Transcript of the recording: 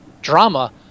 drama